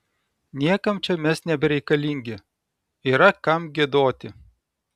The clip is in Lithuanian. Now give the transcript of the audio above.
niekam čia mes nebereikalingi yra kam giedoti